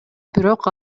бирок